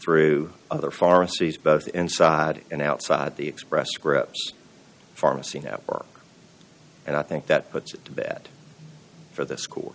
through other pharmacies both inside and outside the express scripts pharmacy network and i think that it's bad for the school